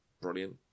Brilliant